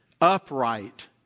upright